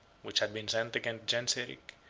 which had been sent against genseric,